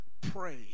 pray